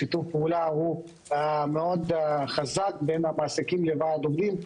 שיתוף הפעולה הוא מאוד חזק בין המעסיקים לוועד העובדים.